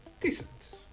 decent